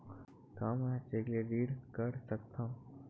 का मैं ह चेक ले ऋण कर सकथव?